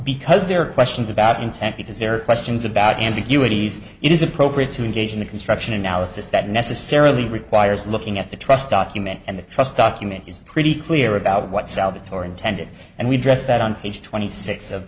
because there are questions about intent because there are questions about ambiguity these it is appropriate to engage in the construction analysis that necessarily requires looking at the trust document and the trust document is pretty clear about what salvatore intended and we dress that on page twenty six of